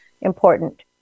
important